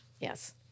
yes